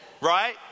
right